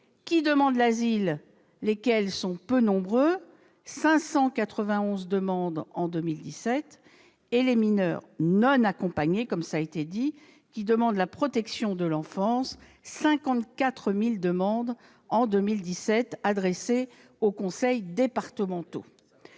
qui demandent l'asile, lesquels sont peu nombreux- 591 demandes en 2017 -et les mineurs non accompagnés, qui demandent la protection de l'enfance- 54 000 demandes en 2017 adressées aux conseils départementaux.